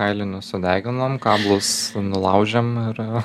kailinius sudeginom kablus nulaužėm ir